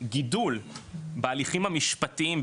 גידול בהליכים המשפטיים,